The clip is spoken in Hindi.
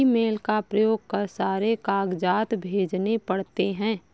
ईमेल का प्रयोग कर सारे कागजात भेजने पड़ते हैं